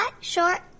short